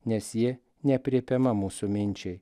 nes ji neaprėpiama mūsų minčiai